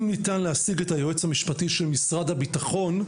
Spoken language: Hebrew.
אם ניתן להשיג את היועץ המשפטי של משרד הביטחון,